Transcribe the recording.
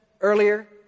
earlier